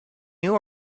new